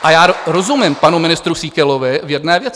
A já rozumím panu ministru Síkelovi v jedné věci.